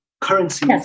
currency